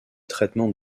traitement